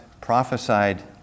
prophesied